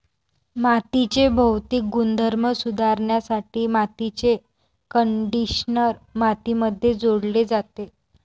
मातीचे भौतिक गुणधर्म सुधारण्यासाठी मातीचे कंडिशनर मातीमध्ये जोडले जाते